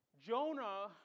Jonah